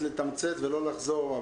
לתמצת ולא לחזור.